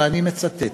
ואני מצטט: